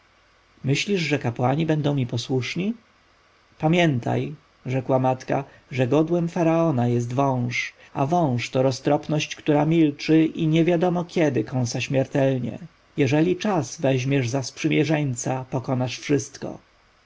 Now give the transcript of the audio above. myślisz że kapłani będą mi posłuszni pamiętaj rzekła matka że godłem faraona jest wąż a wąż to roztropność która milczy i niewiadomo kiedy kąsa śmiertelnie jeżeli czas weźmiesz za sprzymierzeńca pokonasz wszystko